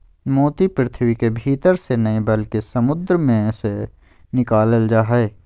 मोती पृथ्वी के भीतर से नय बल्कि समुंद मे से निकालल जा हय